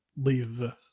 leave